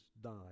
died